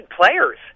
players